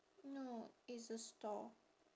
no it's a store